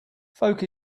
folk